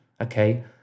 Okay